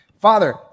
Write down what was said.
Father